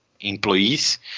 employees